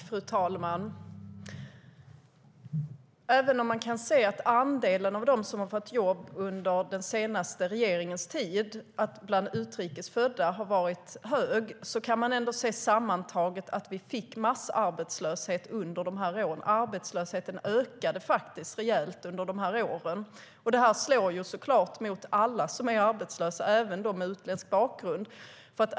Fru talman! Även om man kan se att andelen utrikes födda som fått jobb under den senaste regeringens tid har varit stor kan man ändå sammantaget se att vi fick massarbetslöshet under de här åren. Arbetslösheten ökade faktiskt rejält under de här åren. Detta slår såklart mot alla som är arbetslösa, även dem med utländsk bakgrund.